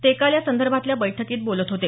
ते काल यासंदर्भातल्या बैठकीत बोलत होते